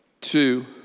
two